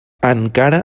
encara